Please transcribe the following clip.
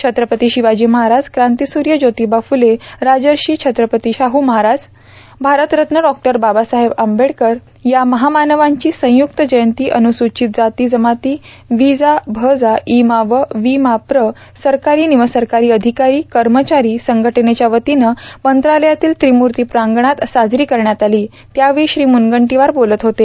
छत्रपती शिवाजी महाराज क्रांतीसूर्य ज्योतीबा फुले राजर्षी छत्रपती शादू महाराज भारतरत्न डॉ बाबासाहेब आंबेडकर या महामानवांची संयुक्त जयंती अन्रस्रचित जाती जमाती विजा भजा इमाव विमाप्र सरकारी निमसरकारी अधिकारी कर्मचारी संघटनेच्या वतीनं मंत्रालयातील त्रिम्रर्ती प्रांगणात साजरी करण्यात आली त्यावेळी श्री मुनगंटीवार बोलत होते